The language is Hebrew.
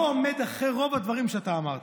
לא עומד מאחורי רוב הדברים שאמרת.